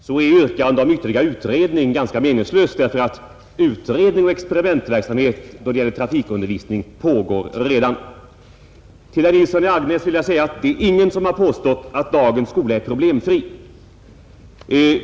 Herr talman! Beträffande trafiken är ett yrkande om ytterligare utredning ganska meningslöst; utredning och experimentverksamhet då det gäller trafikundervisning pågår redan. Till herr Nilsson i Agnäs vill jag säga att det är ingen som har påstått att dagens skola är problemfri.